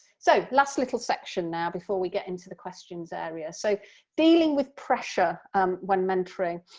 so last little section now before we get into the questions area, so dealing with pressure um when mentoring.